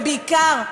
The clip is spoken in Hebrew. ובעיקר,